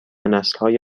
نسلهای